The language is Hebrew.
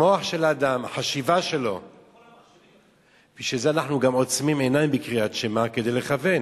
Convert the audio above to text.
כוח המוח של האדם יותר חזק מכל המחשבים שאני מכיר.